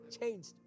changed